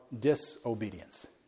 disobedience